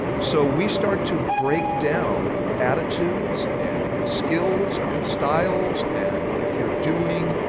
so, we start to break down attitudes and skills and styles and if you're doing